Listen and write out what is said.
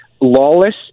lawless